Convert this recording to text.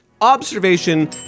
Observation